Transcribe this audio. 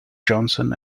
johnson